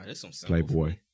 Playboy